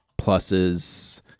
pluses